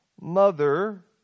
mother